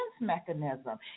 mechanism